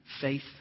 faith